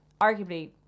Arguably